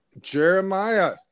jeremiah